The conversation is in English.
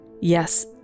Yes